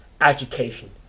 Education